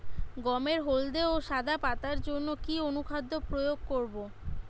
গমের হলদে ও সাদা পাতার জন্য কি অনুখাদ্য প্রয়োগ করব?